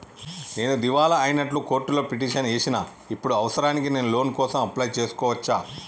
నేను దివాలా అయినట్లు కోర్టులో పిటిషన్ ఏశిన ఇప్పుడు అవసరానికి నేను లోన్ కోసం అప్లయ్ చేస్కోవచ్చా?